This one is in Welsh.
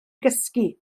gysgu